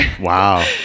wow